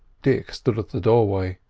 dick stood at the doorway.